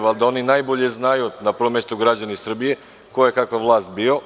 Valjda oni najbolje znaju, na prvom mestu građani Srbije, ko je kakva vlast bio.